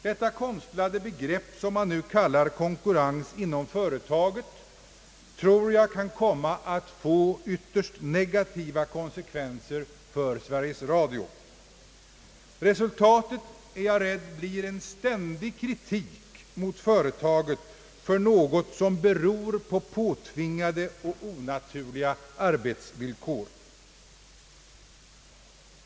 Detta konstlade begrepp som man nu kallar »konkurrens inom företaget» tror jag kan komma att få ytterst negativa konsekvenser för Sveriges Radio. Jag är rädd för att resultatet blir en ständig kritik mot företaget för något som beror på påtvingade och onaturliga arbetsvillkor.